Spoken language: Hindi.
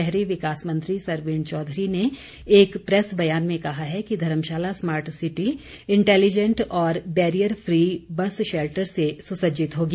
शहरी विकास मंत्री सरवीण चौधरी ने एक प्रैस बयान में कहा है कि धर्मशाला स्मार्ट सिटी इंटेलीजेंट और बैरियर फ्री बस शैल्टर से सुसज्जित होगी